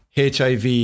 HIV